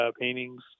paintings